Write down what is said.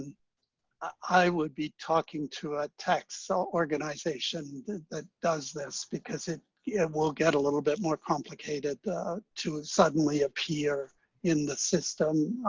and i would be talking to a tax so organization that does this. because it yeah will get a little bit more complicated to suddenly appear in the system